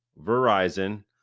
Verizon